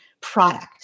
product